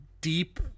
deep